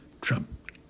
Trump